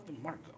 Marco